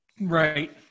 Right